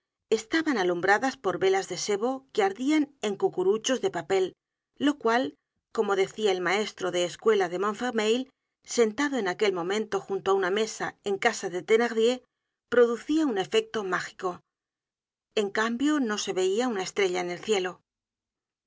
estaban alumbradas por velas de sebo que ardian en cucuruchos de papel lo cual como decia el maestro de escuela de montfermeil sentado en aquel momento junto á una mesa en casa de thenardier producia un efecto mágico en cambio no se veia una estrella en el cielo